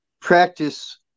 practice